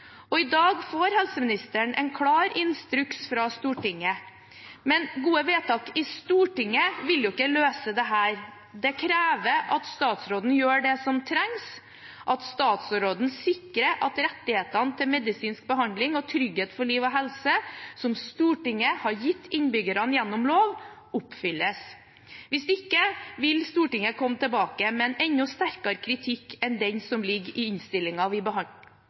vedtak i Stortinget vil ikke løse dette, det krever at statsråden gjør det som trengs – at statsråden sikrer at rettighetene til medisinsk behandling og trygghet for liv og helse, som Stortinget har gitt innbyggerne gjennom lov, oppfylles. Hvis ikke vil Stortinget komme tilbake med en enda sterkere kritikk enn den som ligger i innstillingen vi behandler